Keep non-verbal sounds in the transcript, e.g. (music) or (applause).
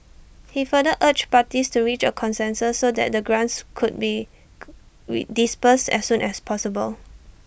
he further urged parties to reach A consensus so that the grants could be (noise) read disbursed as soon as possible